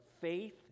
faith